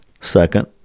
Second